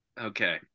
okay